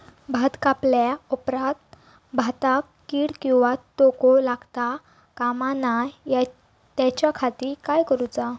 भात कापल्या ऑप्रात भाताक कीड किंवा तोको लगता काम नाय त्याच्या खाती काय करुचा?